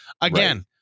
Again